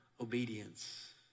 obedience